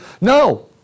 No